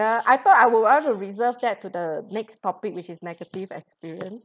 uh I thought I would want to reserve that to the next topic which is negative experience